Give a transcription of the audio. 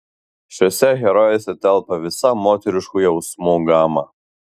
šiose herojėse telpa visa moteriškų jausmų gama